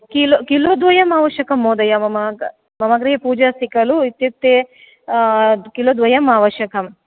kilo kilo द्वयम् आवश्यकं महोदय मम मम गृहे पूजा अस्ति खलु इत्युक्ते किलो द्वयम् आवश्यकम्